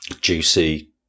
juicy